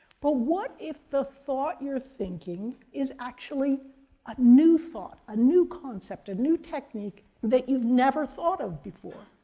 but what if the thought you're thinking is actually a new thought, a new concept, a new technique that you've never thought of before?